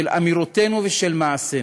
של אמירותינו ושל מעשינו.